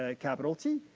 ah capital t.